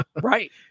right